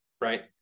right